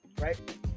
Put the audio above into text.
right